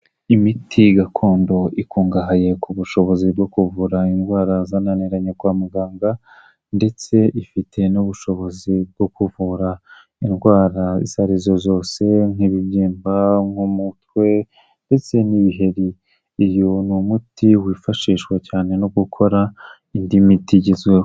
Imiti gakondo ikungahaye ku bushobozi bwo kuvura indwara zananiranye kwa muganga ndetse ifite n'ubushobozi bwo kuvura indwara izo arizo zose nk'ibibyimba, nk'umutwe ndetse n'ibiheri, uyu ni umuti wifashishwa cyane no gukora indi miti igezweho.